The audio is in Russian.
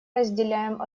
разделяем